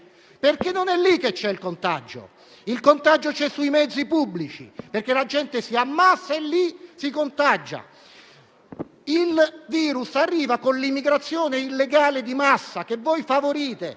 Perché non è lì che c'è il contagio, che c'è invece sui mezzi pubblici, dove la gente si ammassa e si contagia. Il virus arriva con l'immigrazione illegale di massa, che favorite,